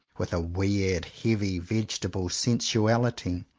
with a weird, heavy vegetable sensuality.